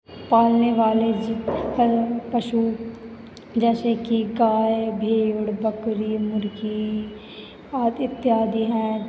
पालने वाले पशु जैसे कि गाय भेड़ बकरी मुर्गी आदि इत्यादि हैं